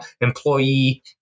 employee